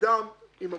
אדם עם מוגבלות,